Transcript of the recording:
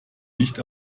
nicht